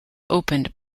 opened